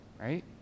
right